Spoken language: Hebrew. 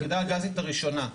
הגזית הראשונה.